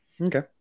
Okay